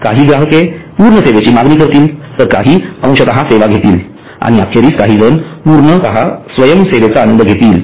काही ग्राहक पूर्ण सेवेची मागणी करतील तर काही अंशतः सेवा घेतील आणि अखेरीस काहीजण पूर्णतः स्वयं सेवेचा आनंद घेतील